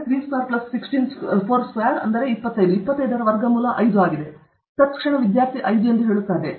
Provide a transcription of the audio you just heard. x 9 16 25 ರ ಮೂಲವಾಗಿದೆ ಅವನು ಇಲ್ಲಿ ಹೇಳುತ್ತಾನೆ